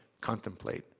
contemplate